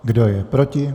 Kdo je proti?